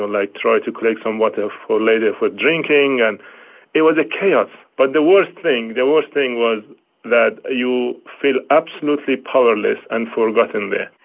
ah like try to collect some water for later for drinking, and it was a chaos, but the worst thing, the worst thing was that you feel absolutely powerless and forgotten there.